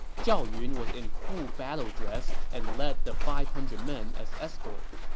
zhao yun was in full battle dress and led the five hundred men as escort.